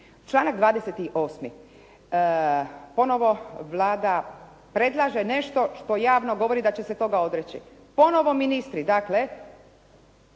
Članak 28. ponovo Vlada predlaže nešto što javno govori da će se toga odreći. Ponovo ministri, dakle